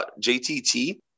JTT